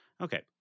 Okay